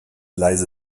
leise